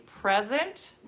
present